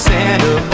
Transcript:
Santa